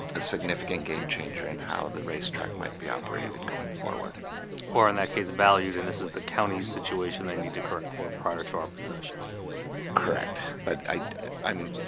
a significant game-changer in how the racetrack might be operated going forward or in that kids valued and this is the county's situation they need to correct for prior to our position correct, but i i'm